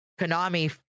Konami